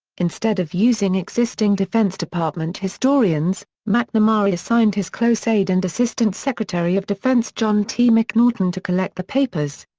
instead of using existing defense department historians, mcnamara assigned his close aide and assistant secretary of defense john t. mcnaughton to collect the papers.